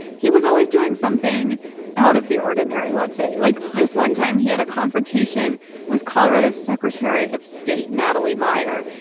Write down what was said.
he was always doing something out of the ordinary, let's say. like, this one time, he had a confrontation with colorado's secretary of state, natalie meyer.